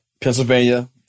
Pennsylvania